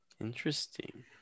interesting